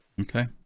Okay